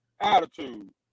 attitude